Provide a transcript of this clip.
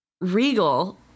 Regal